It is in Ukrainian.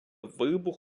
вибух